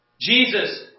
Jesus